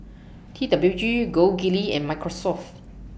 T W G Gold Kili and Microsoft